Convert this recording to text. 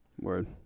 Word